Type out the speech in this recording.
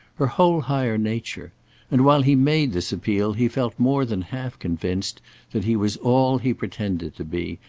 her whole higher nature and while he made this appeal he felt more than half convinced that he was all he pretended to be,